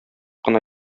кына